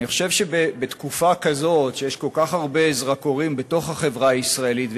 אני חושב שבתקופה כזאת שיש כל הרבה זרקורים בתוך החברה הישראלית,